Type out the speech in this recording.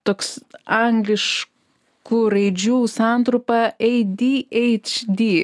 toks angliškų raidžių santrumpa adhd